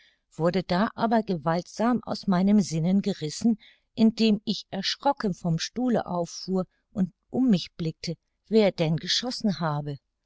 wurde da aber gewaltsam aus meinem sinnen gerissen indem ich erschrocken vom stuhle auffuhr und um mich blickte wer denn geschossen habe